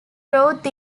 growth